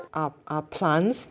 shallots all these are are plants